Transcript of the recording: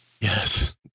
Yes